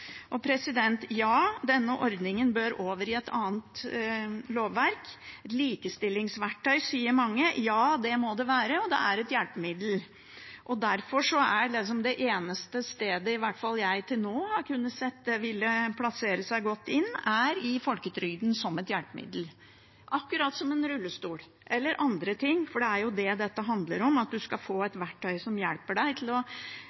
Denne ordningen bør over i et annet lovverk. Likestillingsverktøy sier mange – ja, det må det være, og det er et hjelpemiddel. Derfor er det eneste stedet jeg til nå har kunnet se det ville plassere seg godt inn, er som et hjelpemiddel i folketrygden, akkurat som en rullestol eller andre ting. Det er jo det dette handler om – at man skal få et verktøy som hjelper en med i hvert fall å